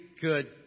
good